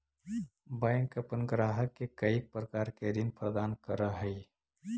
bank अपन ग्राहक के कईक प्रकार के ऋण प्रदान करऽ हइ